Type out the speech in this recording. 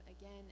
again